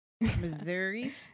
Missouri